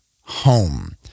home